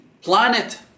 planet